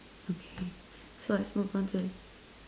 okay so I move on to the